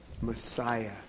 Messiah